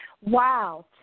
Wow